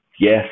Yes